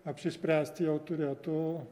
apsispręsti jau turėtų